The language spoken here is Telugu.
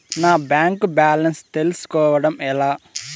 నా బ్యాంకు బ్యాలెన్స్ తెలుస్కోవడం ఎలా?